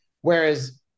Whereas